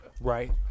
Right